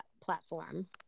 platform